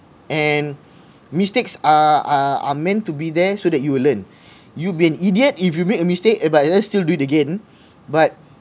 and mistakes are are are meant to be there so that you will learn you'll be an idiot if you make a mistake but then still do it again but